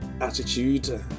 attitude